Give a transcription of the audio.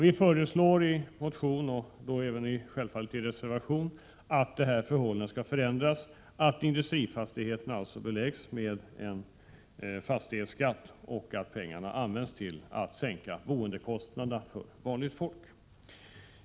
Vi föreslår i motion och reservation att de här förhållandena skall ändras, så att industrifastigheterna beläggs med en fastighetsskatt och att pengarna används till att sänka boendekostnaderna för vanligt folk.